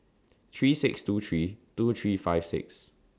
three six two three two three five six